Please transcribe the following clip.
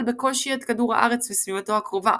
בקושי את כדור הארץ וסביבתו הקרובה,